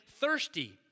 thirsty